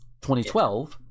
2012